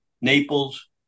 Naples